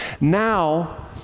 Now